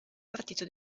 partito